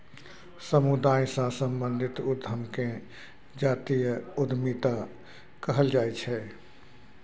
समुदाय सँ संबंधित उद्यम केँ जातीय उद्यमिता कहल जाइ छै